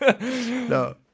No